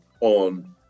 on